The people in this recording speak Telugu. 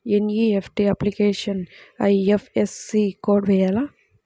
ఎన్.ఈ.ఎఫ్.టీ అప్లికేషన్లో ఐ.ఎఫ్.ఎస్.సి కోడ్ వేయాలా?